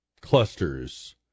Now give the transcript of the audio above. clusters